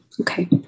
Okay